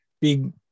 big